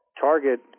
target